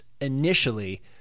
initially